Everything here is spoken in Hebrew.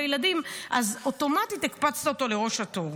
ילדים אז אוטומטית הקפצת אותו לראש התור.